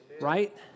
Right